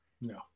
No